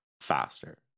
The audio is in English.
faster